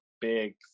big